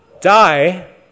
die